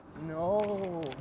no